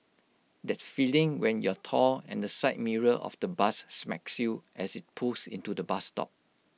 that feeling when you're tall and the side mirror of the bus smacks you as IT pulls into the bus stop